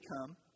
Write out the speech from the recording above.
come